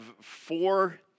four